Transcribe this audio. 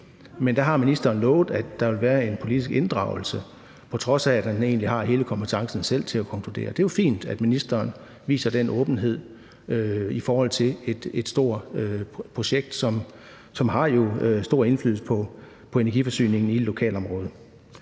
men der har ministeren lovet, at der vil være en politisk inddragelse, på trods af at han egentlig har hele kompetencen selv til at konkludere. Og det er jo fint, at ministeren viser den åbenhed i forhold til et stort projekt, som jo har stor indflydelse på energiforsyningen i lokalområdet.